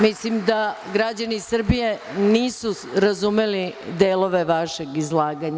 Mislim da građani Srbije nisu razumeli delove vašeg izlaganja.